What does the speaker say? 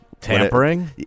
Tampering